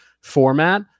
format